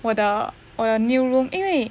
我的我的 new room 因为